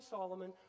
Solomon